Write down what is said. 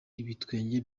ibitwenge